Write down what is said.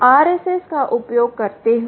RSS का उपयोग करते हुए